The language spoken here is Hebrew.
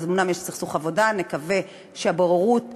אז אומנם יש סכסוך עבודה, ונקווה שהבוררות תצליח.